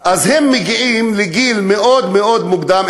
והם מגיעים בגיל מאוד מאוד מוקדם,